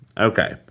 Okay